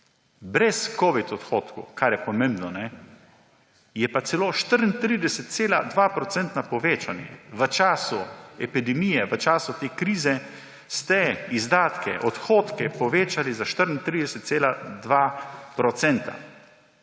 Brez covid odhodkov, kar je pomembno, je pa celo 34,2-procentno povečanje. V času epidemije, v času te krize ste izdatke, odhodke povečali za 34,2 %.